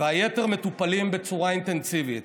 והיתר מטופלים בצורה אינטנסיבית.